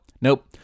nope